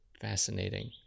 Fascinating